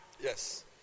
Yes